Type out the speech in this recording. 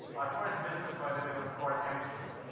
our first business, by the way was called m coach.